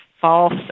false